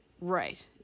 Right